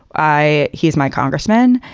i. he is my congressman.